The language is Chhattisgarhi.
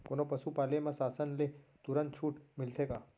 कोनो पसु पाले म शासन ले तुरंत छूट मिलथे का?